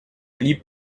blieb